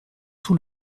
tout